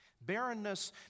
Barrenness